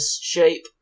shape